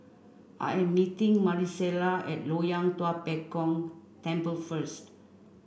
I am meeting Marisela at Loyang Tua Pek Kong Temple first